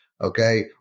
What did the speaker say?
okay